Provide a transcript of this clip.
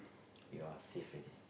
you are safe ready